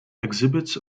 exhibits